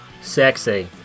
Sexy